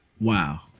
Wow